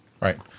right